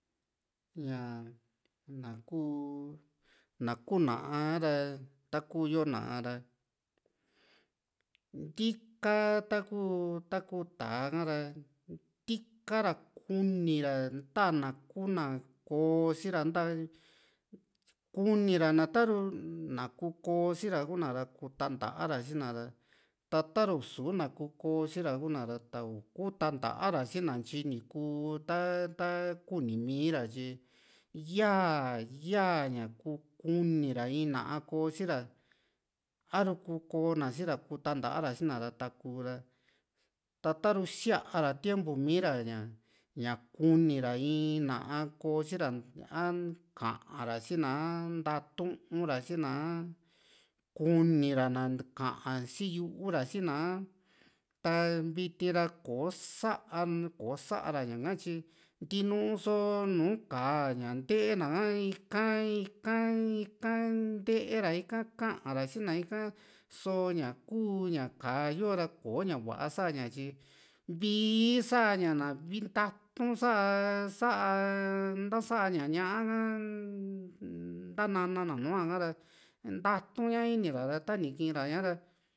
ñaa na kuu na kuu naá ha´ra takuu yo na´a ra ntiika ta´ku ta´ku tá´a ra ntikara kuni ra nta´na kuu na koo sira kunira na ta´ru na kuu ko´sira kuna ra kuu tantara si´na ra ta taru isuna kuu koosi ra kuna ra ta ni kuu tantara si´na ntyi ni kuu a ta ta kuni mii´ra tyi yaa yaa ña ku ku´ni ra in na´a koosira a´ru kuu koona si´ra kuu tantara si´na ra taku ra ta taru sia´ra tiempu mi´ra ña ña kuni ra iin na´a koosi ra a ka´ara sina a ntaatuura sina a kuni ra na ka´a ra sii yuu ra si´na a ta viti ra kò´o sa kò´o sa´ra ñaka tyi ntinu so nùù ka´a ña ntee na ha ika ika ika ntee ra ika ka´ra sina ika soo ña kuu ñaka´a yo ra kò´o ña va´a sa´ña tyi vii sa´na ña vii ntatu´n sa sa ntasaa ña ñá´a gha ntanana nua´ra ntatuun ña inira ra tani kii´ra ña ra